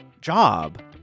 job